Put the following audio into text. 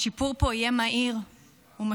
השיפור פה יהיה מהיר ומשמעותי.